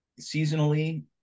seasonally